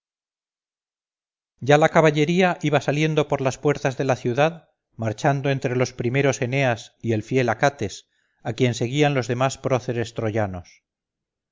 ya la caballería iba saliendo por las puertas de la ciudad marchando entre los primeros eneas y el fiel acates a quienes seguían los demás próceres troyanos